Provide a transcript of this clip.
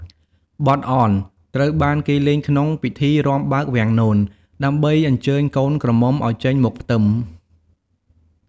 បទអន ត្រូវបានគេលេងក្នុងពិធីរាំបើកវាំងនន ដើម្បីអញ្ជើញកូនក្រមុំឱ្យចេញមកផ្ទឹម។